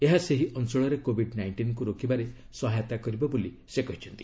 ଏହା ସେହି ଅଞ୍ଚଳରେ କୋବିଡ୍ ନାଇଷ୍ଟିନ୍କୁ ରୋକିବାରେ ସହାୟତା କରିବ ବୋଲି ସେ କହିଛନ୍ତି